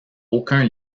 aucun